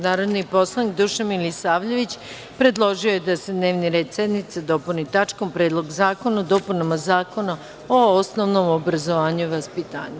Narodni poslanik Dušan Milisavljević, predložio je da se dnevni red sednice dopuni tačkom Predlog zakona o dopunama zakona o osnovnom obrazovanju i vaspitanju.